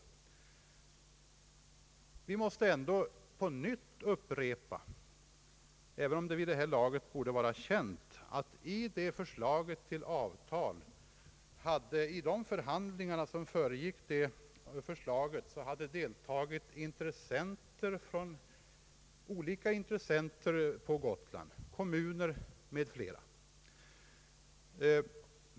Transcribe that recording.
Jag måste på nytt upprepa, även om det vid det här laget borde vara känt, att i de förhandlingar som föregick förslaget till avtal hade deltagit representanter för olika intressen på Gotland, bl.a. kommuner.